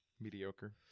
mediocre